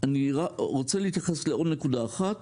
אני רוצה להתייחס לעוד נקודה אחת: